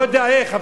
לא יודע איך,